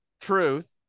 Truth